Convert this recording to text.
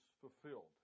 fulfilled